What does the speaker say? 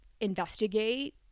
investigate